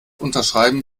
unterschreiben